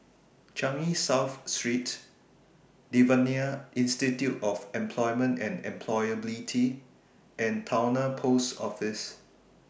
Changi South Street Devan Nair Institute of Employment and Employability and Towner Post Office